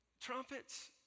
trumpets